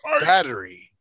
Battery